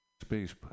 space